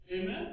Amen